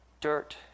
dirt